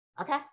Okay